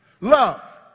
Love